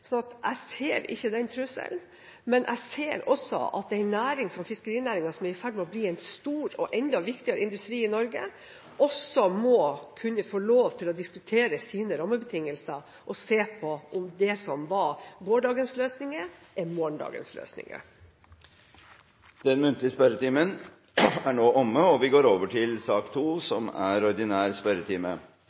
jeg ser ikke den trusselen. Men jeg ser at en næring som fiskerinæringen, som er i ferd med å bli en stor og enda viktigere industri i Norge, også må kunne få lov til å diskutere sine rammebetingelser og se på om det som var gårsdagens løsninger, er morgendagens løsninger. Den muntlige spørretimen er omme. Det foreligger en rekke endringer i den oppsatte spørsmålslisten, og presidenten viser i den sammenheng til den oversikt som er